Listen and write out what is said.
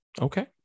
Okay